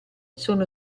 sono